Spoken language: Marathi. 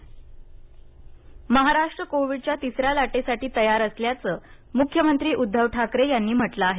ठाकरे महाराष्ट्र तिसऱ्या कोविडच्या तिसऱ्या लाटेसाठी तयार असल्याचं मुख्यमंत्री उद्घव ठाकरे यांनी म्हटलं आहे